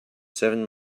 seven